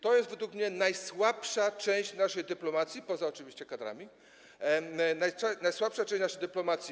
To jest według mnie najsłabsza część naszej dyplomacji, oczywiście poza kadrami, najsłabsza część naszej dyplomacji.